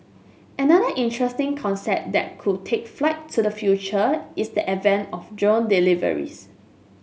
another interesting concept that could take flight to the future is the advent of drone deliveries